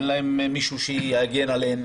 אין להם מישהו שיגן עליהם,